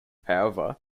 however